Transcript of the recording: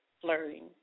Flirting